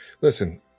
Listen